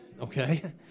okay